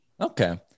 Okay